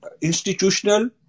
institutional